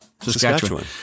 Saskatchewan